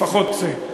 לפחות זה.